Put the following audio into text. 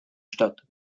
statt